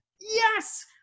yes